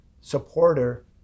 supporter